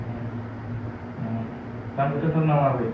दाम गोसाथार नामा आबै